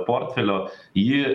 portfelio ji